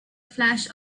flash